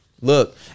Look